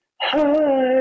hi